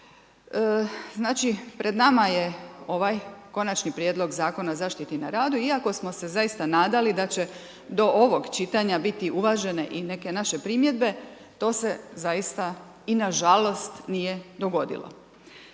Znači pred nama je ovaj Konačni prijedlog zakona zaštite na radu iako smo se zaista nadali da će do ovog čitanja biti uvažene i neke vaše primjedbe, to se zaista i na žalost nije dogodilo.